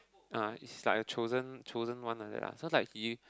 uh he's like a chosen chosen one like that ah so like he